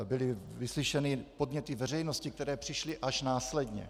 Byly vyslyšeny podněty veřejnosti, které přišly až následně.